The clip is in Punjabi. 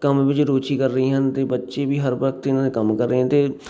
ਕੰਮ ਵਿੱਚ ਰੁਚੀ ਕਰ ਰਹੀਆਂ ਹਨ ਅਤੇ ਬੱਚੇ ਵੀ ਹਰ ਵਕਤ ਇਹਨਾਂ ਦੇ ਕੰਮ ਕਰ ਰਹੇ ਹਨ ਅਤੇ